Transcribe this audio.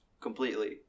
completely